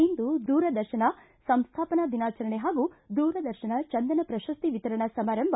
ಇಂದು ದೂರದರ್ಶನ ಸಂಸ್ಕಾಪನಾ ದಿನಾಚರಣೆ ಹಾಗೂ ದೂರದರ್ಶನ ಚಂದನ ಪ್ರಶಸ್ತಿ ವಿತರಣಾ ಸಮಾರಂಭ